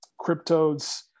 Cryptodes